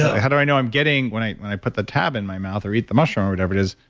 ah how do i know that i'm getting, when i when i put the tab in my mouth or eat the mushroom or whatever it is,